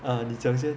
ah 你讲先